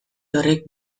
horrek